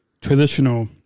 traditional